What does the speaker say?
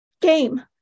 game